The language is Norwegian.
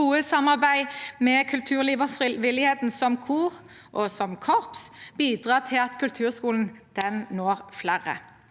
Godt samarbeid med kulturlivet og frivilligheten, som kor og korps, bidrar til at kulturskolen når flere.